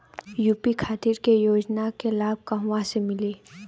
UP खातिर के योजना के लाभ कहवा से मिली?